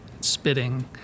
spitting